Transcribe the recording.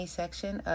section